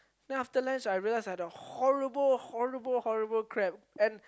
then after lunch I realised I had a horrible horrible horrible cramp and